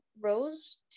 Rose